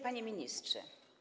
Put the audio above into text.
Panie Ministrze!